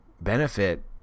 benefit